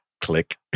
Click